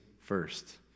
first